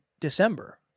December